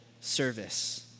service